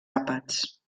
àpats